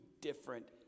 different